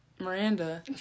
Miranda